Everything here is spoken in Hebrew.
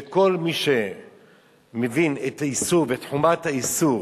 וכל מי שמבין את האיסור ואת חומרת האיסור